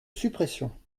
suppression